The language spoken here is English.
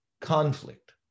conflict